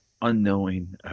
unknowing